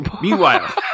Meanwhile